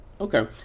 Okay